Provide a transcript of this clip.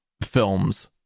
films